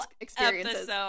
experiences